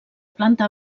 planta